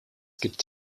gibt